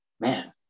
Man